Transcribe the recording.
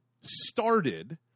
started